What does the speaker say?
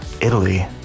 Italy